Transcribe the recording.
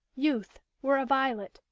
youth, were a violet,